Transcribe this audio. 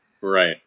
right